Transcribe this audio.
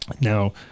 Now